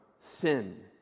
sin